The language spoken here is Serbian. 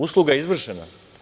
Usluga je izvršena.